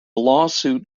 lawsuit